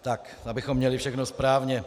Tak abychom měli všechno správně.